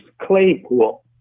Claypool